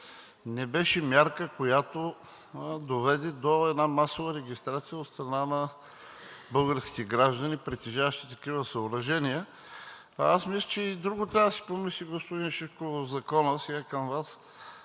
Не беше мярка, която доведе до масова регистрация от страна на българските граждани, притежаващи такива съоръжения. Аз мисля, че и за друго трябва да се помисли, господин Шишков, в Закона – сега към Вас